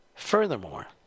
Furthermore